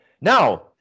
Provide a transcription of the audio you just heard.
now